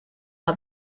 are